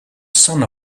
son